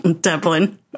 Dublin